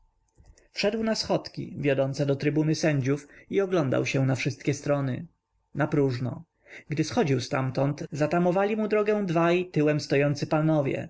na schodki wiodące do trybuny sędziów i oglądał się na wszystkie strony napróżno gdy schodził ztamtąd zatamowali mu drogę dwaj tyłem stojący panowie